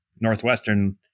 Northwestern